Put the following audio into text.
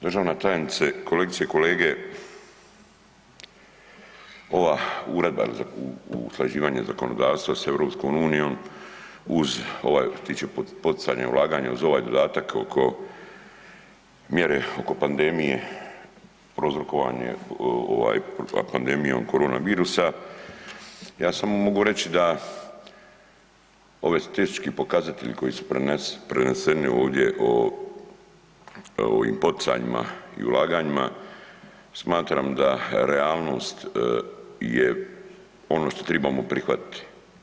Državna tajnice, kolegice i kolege, ova uredba il usklađivanje zakonodavstva s EU uz ovaj što se tiče poticanja ulaganja uz ovaj dodatak oko mjere oko pandemije prouzrokovan je ovaj pandemijom korona virusa ja samo mogu reći da ovi statistički pokazatelji koji su preneseni ovdje o ovim poticanjima i ulaganjima smatram da realnost je ono što tribamo prihvatiti.